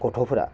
गथ'फोरा